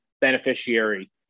beneficiary